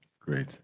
great